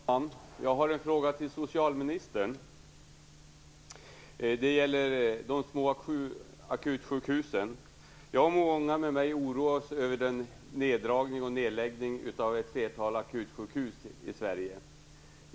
Fru talman! Jag har en fråga till socialministern. Den gäller de små akutsjukhusen. Jag och många med mig oroas över neddragningen vid och nedläggningen av ett flertal akutsjukhus i Sverige.